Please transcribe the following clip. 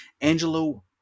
Angelo